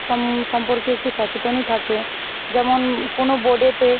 সম সম্পর্কে একটু সচেতনই থাকে যেমন কোনো বোর্ডেতে